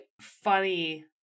funny